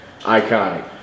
iconic